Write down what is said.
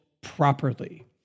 properly